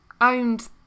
owned